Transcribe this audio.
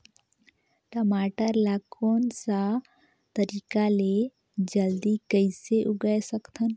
टमाटर ला कोन सा तरीका ले जल्दी कइसे उगाय सकथन?